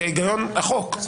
כהיגיון החוק,